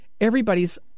Everybody's